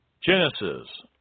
Genesis